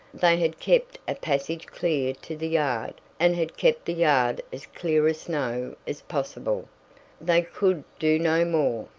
they had kept a passage clear to the yard, and had kept the yard as clear of snow as possible they could do no more.